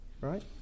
right